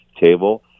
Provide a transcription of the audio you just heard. table